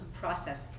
Process